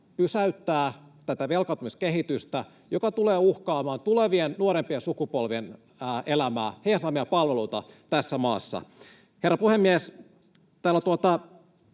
pysäyttää tätä velkaantumiskehitystä, joka tulee uhkaamaan tulevien, nuorempien sukupolvien elämää, heidän saamiaan palveluita tässä maassa. Herra puhemies! Yhdeksän